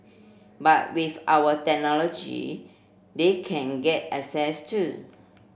but with our technology they can get access to